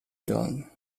done